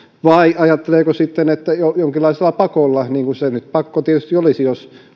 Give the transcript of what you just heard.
vai näkeekö sen järkeväksi että jonkinlaisella pakolla niin kuin se tietysti olisi pakko jos